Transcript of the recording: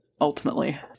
ultimately